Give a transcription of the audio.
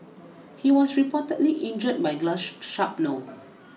he was reportedly injured by glass shrapnel